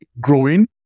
growing